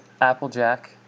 Applejack